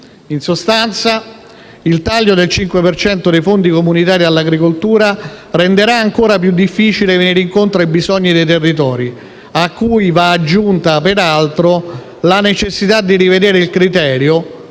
In sostanza, il taglio del 5 per cento dei fondi comunitari all'agricoltura renderà ancora più difficile venire incontro ai bisogni dei territori, a cui va aggiunta, peraltro, la necessità di rivedere il criterio